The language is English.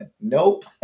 Nope